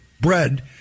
bread